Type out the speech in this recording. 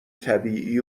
طبیعی